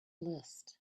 list